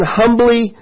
humbly